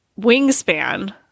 Wingspan